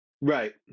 Right